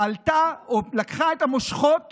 לקחה את המושכות